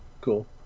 cool